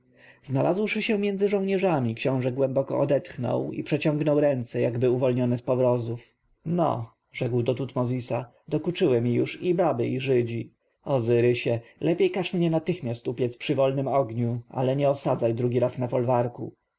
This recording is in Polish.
znalazłszy się między żołnierzami książę głęboko odetchnął i przeciągnął ręce jakby uwolnione z powrozów no rzekł do tutmozisa dokuczyły mi już i baby i żydzi ozyrysie lepiej każ mnie natychmiast upiec przy wolnym ogniu ale nie osadzaj drugi raz na folwarku